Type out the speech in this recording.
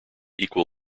equal